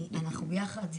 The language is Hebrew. אנחנו ביחד,